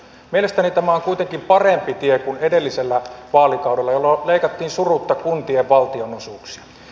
mielestäni tämä on kuitenkin parempi tie kuin edellisellä vaalikaudella jolloin leikattiin surutta kuntien valtionosuuksia